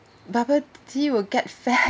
bubble tea will get fat